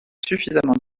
suffisamment